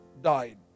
died